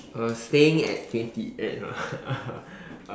uh staying at twenty eight uh